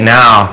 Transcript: now